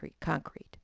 concrete